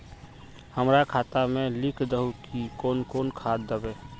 हमरा खाता में लिख दहु की कौन कौन खाद दबे?